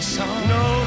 No